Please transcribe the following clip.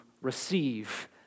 receive